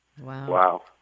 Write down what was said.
Wow